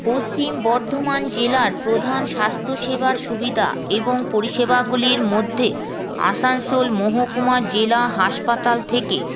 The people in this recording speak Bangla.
পশ্চিম বর্ধমান জেলার প্রধান স্বাস্থ্যসেবার সুবিধা এবং পরিষেবাগুলির মধ্যে আসানসোল মহকুমা জেলা হাসপাতাল থেকে